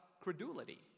credulity